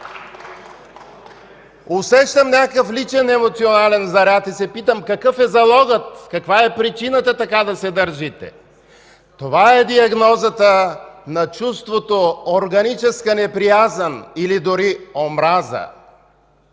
Усещам някакъв личен емоционален заряд и се питам какъв е залогът, каква е причината да се държите така. Това е диагнозата на чувството органическа неприязън или дори омраза.